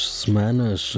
semanas